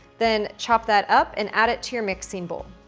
then chop that up, and add it to your mixing bowl.